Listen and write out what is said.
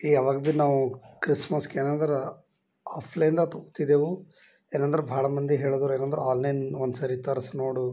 ಯಾವಾಗ ಭಿ ನಾವು ಕ್ರಿಸ್ಮಸ್ಕ್ ಏನಾದ್ರು ಆಫ್ಲೈನ್ದಾಗ ತೊಕೊತ್ತಿದ್ದೆವು ಏನಂದ್ರೆ ಬಹಳ ಮಂದಿ ಹೇಳದ್ರು ಏನಂದ್ರೆ ಆನ್ಲೈನ್ ಒಂದು ಸರಿ ತರ್ಸಿ ನೋಡು